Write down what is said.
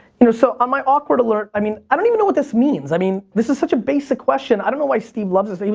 you know so on my awkward alert, i mean i don't even know what this means. i mean, this is such a basic question. i don't know why steve loves this.